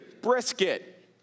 brisket